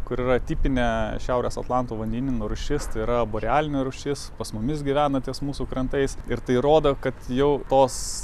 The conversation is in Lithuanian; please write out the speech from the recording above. kuri yra tipinė šiaurės atlanto vandenyno rūšis tai yra borealinė rūšis pas mumis gyvena ties mūsų krantais ir tai rodo kad jau tos